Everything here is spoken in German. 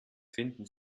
finden